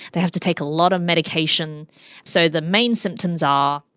they have to take a lot of medication so the main symptoms are,